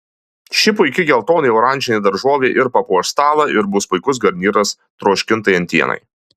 ši puiki geltonai oranžinė daržovė ir papuoš stalą ir bus puikus garnyras troškintai antienai